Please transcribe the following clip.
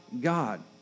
God